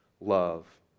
love